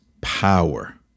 power